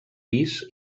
pis